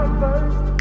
first